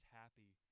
happy